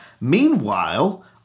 meanwhile